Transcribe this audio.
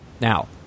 Now